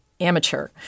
amateur